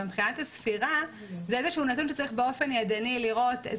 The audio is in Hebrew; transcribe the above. מבחינת הספירה זה איזה שהוא נתון שצריך באופן ידני לראות,